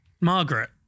Margaret